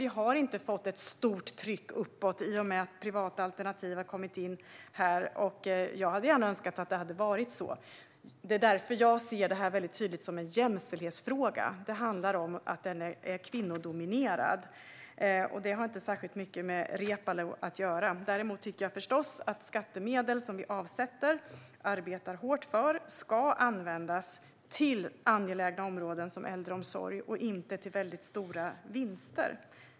Vi har dock inte fått ett stort tryck uppåt i och med att de privata alternativen har kommit in, och jag hade gärna önskat att det var så. Det är därför jag väldigt tydligt ser detta som en jämställdhetsfråga. Det handlar om att branschen är kvinnodominerad, och det har inte särskilt mycket med Reepalu att göra. Däremot tycker jag förstås att de skattemedel vi avsätter, och som vi arbetar hårt för, ska användas till angelägna områden som äldreomsorg och inte till väldigt stora vinster.